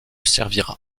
servira